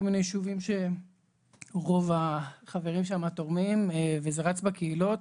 מיני יישובים שרוב החברים שם תורמים וזה רץ בקהילות.